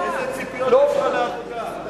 איזה ציפיות יש לך מהעבודה?